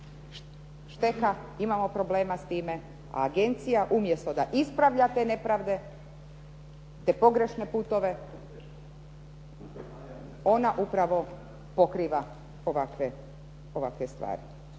šteka, imamo problema s time, a agencija umjesto da ispravlja te nepravde, te pogrešne putove, ona upravo pokriva ovakve stvari.